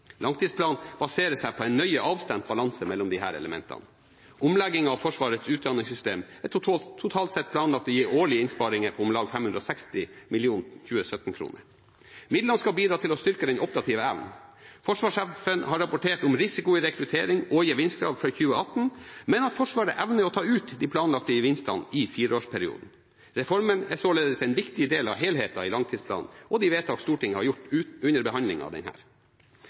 Langtidsplanen baserer seg på en nøye avstemt balanse mellom disse elementene. Omleggingen av Forsvarets utdanningssystem er totalt sett planlagt å gi årlige innsparinger på om lag 560 mill. 2017-kroner. Midlene skal bidra til å styrke den operative evnen. Forsvarssjefen har rapportert om risiko i rekruttering og gevinstkrav for 2018, men at Forsvaret evner å ta ut de planlagte gevinstene i fireårsperioden. Reformen er således en viktig del av helheten i langtidsplanen og de vedtak Stortinget har gjort under behandlingen av den.